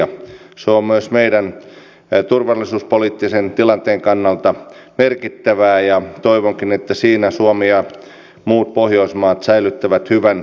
se on myös meidän turvallisuuspoliittisen tilanteemme kannalta merkittävää ja toivonkin että siinä suomi ja muut pohjoismaat säilyttävät hyvän keskustelun